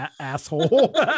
asshole